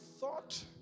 thought